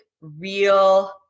real